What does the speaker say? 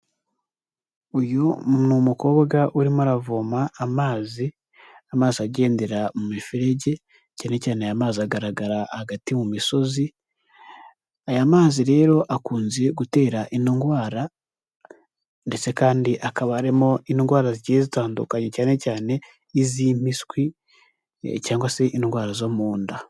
Uyu ni umukobwa urimo aravoma amazi, amazi agendera mu miferege, cyane cyane aya amazi agaragara hagati mu misozi, aya mazi rero akunze gutera indwara ndetse kandi hakaba harimo indwara zigiye zitandukanye, cyane cyane iz'impiswi cyangwa se indwara zo mu nda.